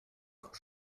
quand